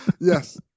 Yes